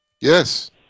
Yes